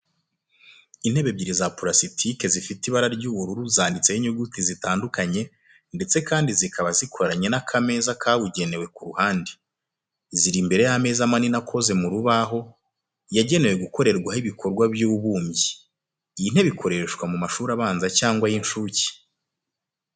Intebe ebyiri za purasitike zifite ibara ry'ubururu zanditseho inyuguti zitandukanye, ndetse kandi zikaba zikoranye n’akameza kabugenewe ku ruhande. Ziri imbere y'ameza manini akoze mu rubaho, yagenewe gukorerwaho ibikorwa by'ububumbyi. Iyi ntebe ikoreshwa mu mashuri abanza cyangwa ay'incuke.